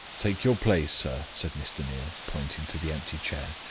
take your place, sir, said mr. neal, pointing to the empty chair.